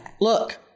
Look